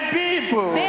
people